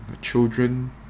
children